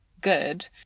good